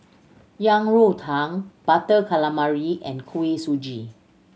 Yang Rou Tang Butter Calamari and Kuih Suji